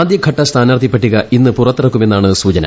ആദ്യ ഘട്ട സ്ഥാനാർത്ഥി പട്ടിക ഇന്ന് പുറത്തിറക്കുമെന്നാണ് സൂചന